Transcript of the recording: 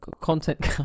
content